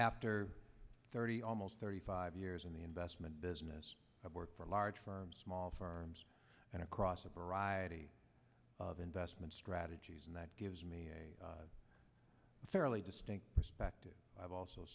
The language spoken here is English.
after thirty almost thirty five years in the investment business i've worked for a large firm small firms and across a variety of investment strategies and that gives me a fairly distinct perspective i've also